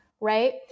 right